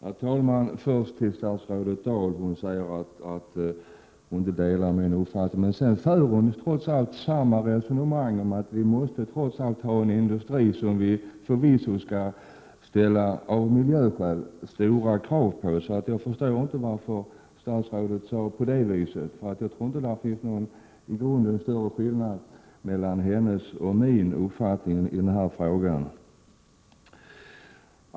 Herr talman! Statsrådet Dahl säger först att hon inte delar min uppfattning, men sedan för hon samma resonemang om att vi trots allt måste ha en industri, som vi förvisso av miljöskäl skall ställa stora krav på. Så jag förstår inte varför statsrådet sade på det viset. Jag tror inte att det finns någon större skillnad mellan hennes och min uppfattning i den här frågan.